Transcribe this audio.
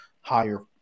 higher